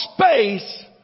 space